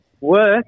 Work